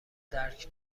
درک